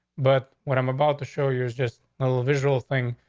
but what i'm about to show you is just a little visual thing.